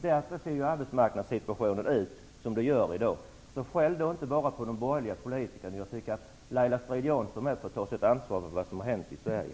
Därför ser arbetsmarknadssituationen ut som den gör i dag. Så skäll då inte bara på de borgerliga politikerna! Jag tycker att Laila Strid-Jansson också får ta ansvar för vad som har hänt i Sverige.